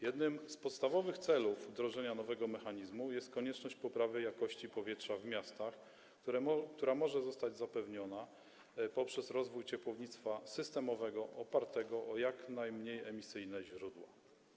Jednym z podstawowych celów wdrożenia nowego mechanizmu jest konieczność poprawy jakości powietrza w miastach, która może zostać zapewniona poprzez rozwój ciepłownictwa systemowego opartego o jak najmniej emisyjne źródło.